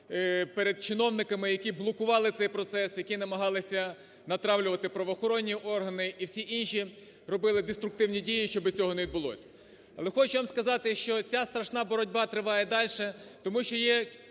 перед чиновниками, які блокували цей процес, які намагалися натравлювати правоохоронні органи і всі інші, робили деструктивні дії, щоб цього не відбулось. Але хочу вам сказати, що ця страшна боротьба триває далі, тому що є